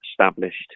established